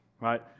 right